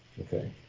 okay